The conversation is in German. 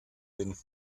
bin